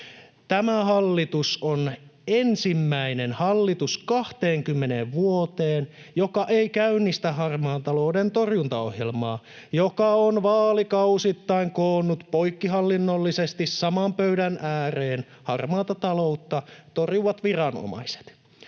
vuoteen ensimmäinen hallitus, joka ei käynnistä harmaan talouden torjuntaohjelmaa, joka on vaalikausittain koonnut poikkihallinnollisesti saman pöydän ääreen harmaata taloutta torjuvat viranomaiset.